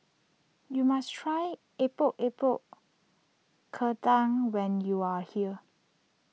you must try Epok Epok Kentang when you are here